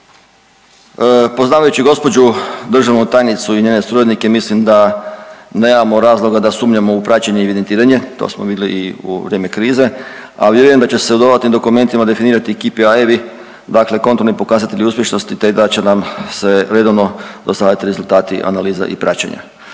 Poznavajući gospođu državnu tajnicu i njene suradnike mislim da nemamo razloga da sumnjamo u praćenje i evidentiranje, to smo vidli i u vrijeme krize, a vjerujem da će se u dodatnim dokumentima definirati KPI-vi dakle kontrolni pokazatelji uspješnosti te da će nam se redovno dostavljati rezultati analiza i praćenja.